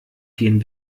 gehen